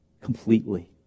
Completely